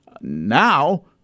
Now